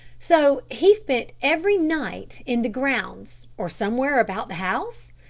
so he spent every night in the grounds, or somewhere about the house?